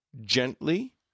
gently